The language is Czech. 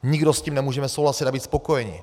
Nikdo s tím nemůžeme souhlasit a být spokojeni.